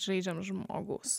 žaidžiam žmogaus